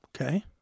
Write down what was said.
okay